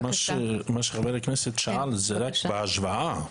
מה שחבר הכנסת שאל, זה רק בהשוואה.